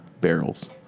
barrels